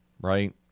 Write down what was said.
right